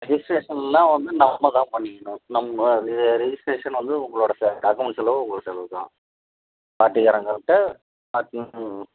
registration எல்லாம் வந்து நாம் தான் பண்ணிக்கணும் நம்ம இது ரிஜிஸ்ட்ரேஷன் வந்து உங்களோடய செலவு டாக்குமெண்ட் செலவு உங்களோடய செலவு தான் பார்ட்டிக்காரங்கள்ட்ட